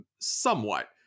somewhat